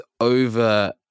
over